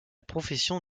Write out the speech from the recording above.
profession